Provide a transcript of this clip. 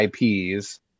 IPs